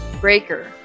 Breaker